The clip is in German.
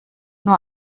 nur